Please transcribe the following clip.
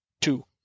two